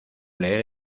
leer